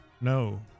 No